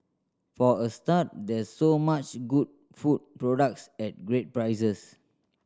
for a start there's so much good food products at great prices